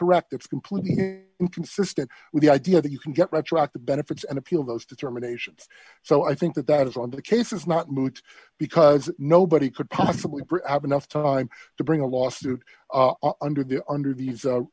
correct it's completely inconsistent with the idea that you can get red truck the benefits and appeal those determinations so i think that that is on the case is not moot because nobody could possibly have enough time to bring a lawsuit under the under these